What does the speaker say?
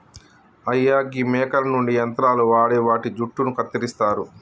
అయ్యా గీ మేకల నుండి యంత్రాలు వాడి వాటి జుట్టును కత్తిరిస్తారు